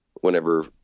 whenever